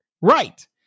Right